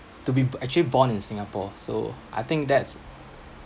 to be b~ actually born in singapore so I think that's